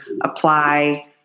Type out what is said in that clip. apply